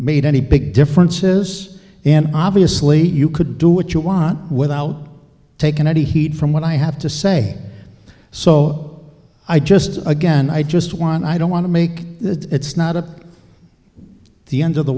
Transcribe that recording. made any big difference is and obviously you could do what you want without taking any heed from what i have to say so i just again i just want i don't want to make it's not a the end of the